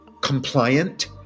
compliant